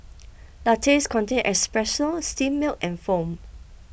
lattes contain espresso steamed milk and foam